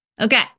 Okay